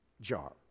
jar